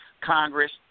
Congress